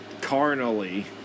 carnally